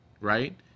right